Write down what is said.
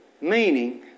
meaning